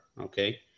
okay